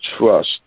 trust